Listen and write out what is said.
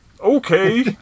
Okay